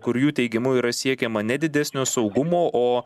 kur jų teigimu yra siekiama ne didesnio saugumo o